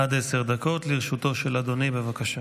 עד עשר דקות לרשותו של אדוני, בבקשה.